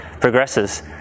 progresses